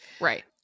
right